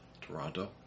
Toronto